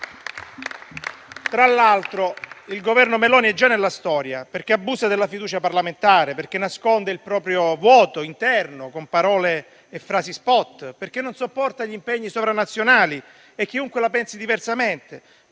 Tra l'altro, il Governo Meloni è già nella storia, perché abusa della fiducia parlamentare, nasconde il proprio vuoto interno con parole e frasi *spot*, non sopporta gli impegni sovranazionali e chiunque la pensi diversamente